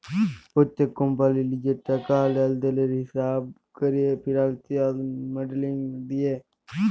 প্যত্তেক কম্পালির লিজের টাকা লেলদেলের হিঁসাব ক্যরা ফিল্যালসিয়াল মডেলিং দিয়ে